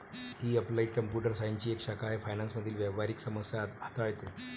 ही applied computer सायन्सची एक शाखा आहे फायनान्स मधील व्यावहारिक समस्या हाताळते